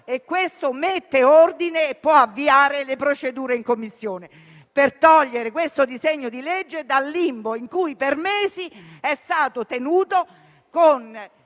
Questo mette ordine e può avviare le procedure in Commissione per togliere questo disegno di legge dal limbo in cui per mesi è stato tenuto,